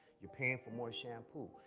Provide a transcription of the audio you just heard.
you're paying for more shampoo.